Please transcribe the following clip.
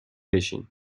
بشین